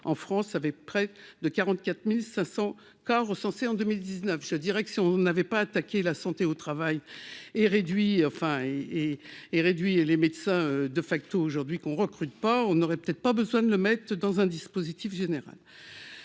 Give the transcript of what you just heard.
en France avait près de 44500 cas recensés en 2019 ce direction n'avait pas attaqué la santé au travail et réduit enfin et et et réduit et les médecins de facto aujourd'hui qu'on recrute pas, on aurait peut-être pas besoin de le mettre dans un dispositif général